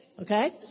okay